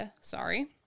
Sorry